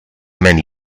many